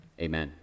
amen